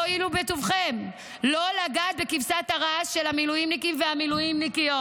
תואילו בטובכם לא לגעת בכבשת הרש של המילואימניקים והמילואימניקיות.